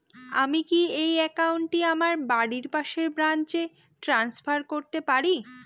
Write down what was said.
আমি কি এই একাউন্ট টি আমার বাড়ির পাশের ব্রাঞ্চে ট্রান্সফার করতে পারি?